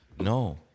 no